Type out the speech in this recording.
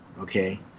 Okay